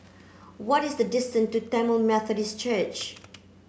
what is the distance to Tamil Methodist Church